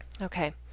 Okay